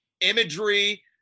imagery